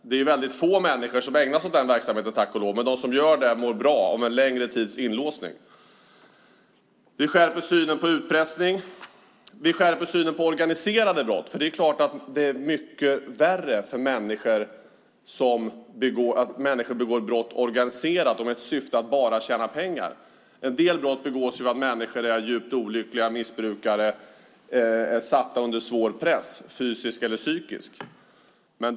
Det är väldigt få människor som ägnar sig åt sådan verksamhet, tack och lov, men de som gör det mår bra av en längre tids inlåsning. Vi skärper synen på utpressning, vi skärper synen på organiserade brott. Det är mycket värre när människor begår organiserat brott med syftet att bara tjäna pengar. En del brott begås av människor som är djupt olyckliga, missbrukare, satta under svår fysisk eller psykisk press.